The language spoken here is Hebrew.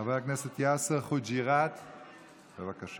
חבר הכנסת יאסר חוג'יראת, בבקשה.